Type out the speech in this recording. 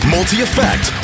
Multi-Effect